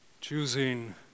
Choosing